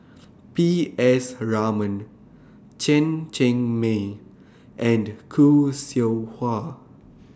P S Raman Chen Cheng Mei and Khoo Seow Hwa